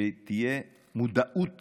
שתהיה מודעות